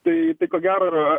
tai ko gero yra